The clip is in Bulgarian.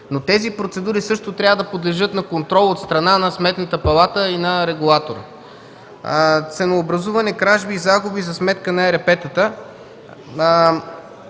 Тези процедури също трябва да подлежат на контрол от страната на Сметната палата и на регулатора. Ценообразуване, кражби, загуби за сметка на ЕРП-тата.